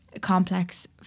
complex